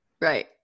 Right